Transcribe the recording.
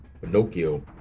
Pinocchio